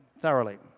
thoroughly